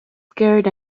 scared